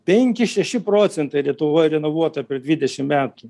penki šeši procentai lietuvoj renovuota per dvidešim metų